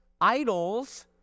idols